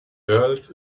earls